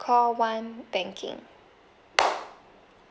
call one banking